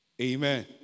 Amen